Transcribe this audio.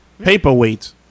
Paperweights